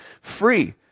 free